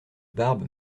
barbe